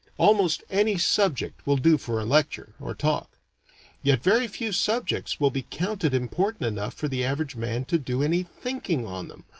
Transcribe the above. almost any subject will do for a lecture, or talk yet very few subjects will be counted important enough for the average man to do any thinking on them,